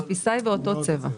החפיסה היא באותו צבע.